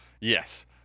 yes